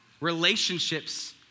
Relationships